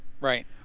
Right